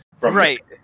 Right